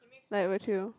like